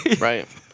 Right